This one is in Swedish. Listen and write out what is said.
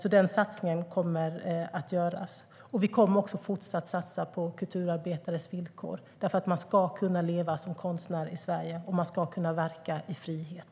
Den satsningen kommer att göras. Vi kommer också att fortsätta satsa på kulturarbetares villkor. Man ska kunna leva som konstnär i Sverige, och man ska kunna verka i frihet.